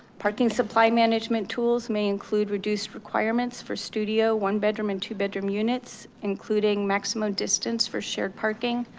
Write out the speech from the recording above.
parking supply management tools may include reduced requirements for studio, one bedroom and two bedroom units including maximum distance for shared parking,